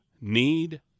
need